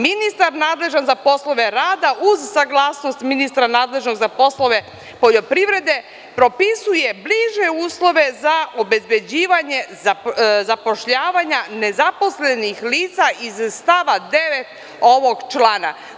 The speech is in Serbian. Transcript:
Ministar nadležan za poslove rada, uz saglasnost ministra nadležnog za poslove poljoprivrede, propisuje bliže uslove za obezbeđivanje zapošljavanja nezaposlenih lica iz stava 9. ovog člana.